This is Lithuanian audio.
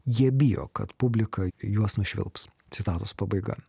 jie bijo kad publika juos nušvilps citatos pabaiga